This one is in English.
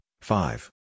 five